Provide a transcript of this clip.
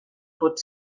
pot